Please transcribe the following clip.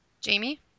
Jamie